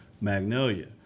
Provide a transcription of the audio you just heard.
Magnolia